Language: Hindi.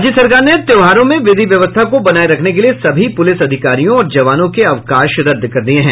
राज्य सरकार ने त्यौहारों में विधि व्यवस्था को बनाये रखने के लिए सभी पुलिस अधिकारियों और जवानों के अवकाश को रद्द कर दिया है